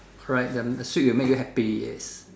alright then a sweet will make you happy yes